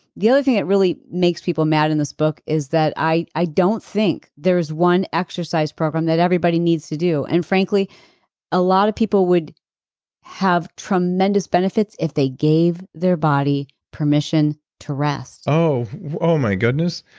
the other thing that really makes people mad in this book is that i i don't think there's one exercise program that everybody needs to do. and frankly a lot of people would have tremendous benefits if they gave their body permission to rest oh oh my goodness.